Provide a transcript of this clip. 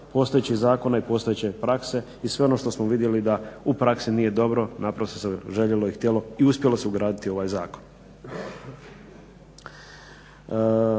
postojećih zakona i postojeće prakse i sve ono što smo vidjeli da u praksi nije dobro naprosto se željelo i htjelo i uspjelo se ugraditi u ovaj zakon.